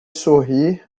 sorri